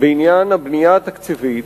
בעניין הבנייה התקציבית,